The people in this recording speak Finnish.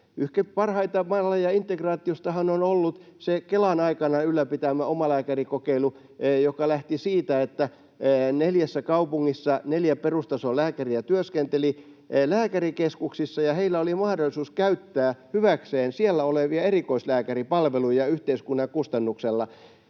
parhaita malleja integraatiostahan on ollut se Kelan aikanaan ylläpitämä omalääkärikokeilu, joka lähti siitä, että neljässä kaupungissa neljä perustason lääkäriä työskenteli lääkärikeskuksissa, ja heillä oli mahdollisuus käyttää hyväkseen siellä olevia erikoislääkäripalveluja yhteiskunnan kustannuksella.